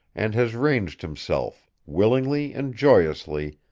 and has ranged himself, willingly and joyously,